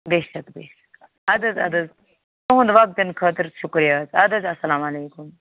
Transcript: بے شک بے شک اَدٕ حظ اَدٕ حظ تُہُنٛد وق دِنہٕ خٲطرٕ شُکریہ حظ اَدٕ حظ اَسلام علیکُم